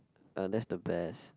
uh that's the best